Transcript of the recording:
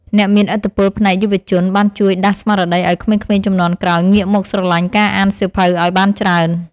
អ្នកមានឥទ្ធិពលផ្នែកយុវជនបានជួយដាស់ស្មារតីឱ្យក្មេងៗជំនាន់ក្រោយងាកមកស្រឡាញ់ការអានសៀវភៅឱ្យបានច្រើន។